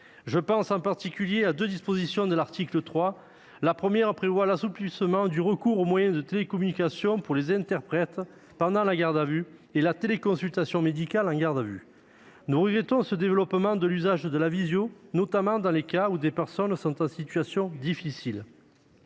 Je pense en particulier à deux dispositions de l'article 3. La première prévoit l'assouplissement du recours aux moyens de télécommunication pour les interprètes pendant la garde à vue et la téléconsultation médicale en garde à vue. Nous regrettons ce développement de l'usage de la visioconférence, notamment dans les cas où les personnes sont en situation difficile.